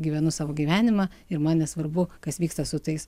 gyvenu savo gyvenimą ir man nesvarbu kas vyksta su tais